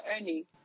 earning